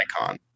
icon